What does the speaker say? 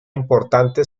importante